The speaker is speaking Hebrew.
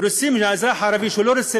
מהאזרח הערבי, שלא רוצה